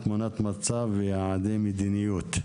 תמונת מצב ויעדי מדיניות.